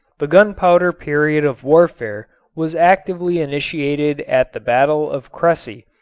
the gunpowder period of warfare was actively initiated at the battle of cressy,